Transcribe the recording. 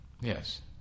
yes